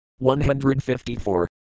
154